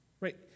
right